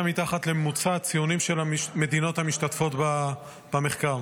מתחת לממוצע הציונים של המדינות המשתתפות במחקר.